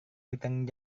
bertanggung